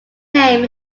name